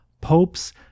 popes